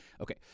Okay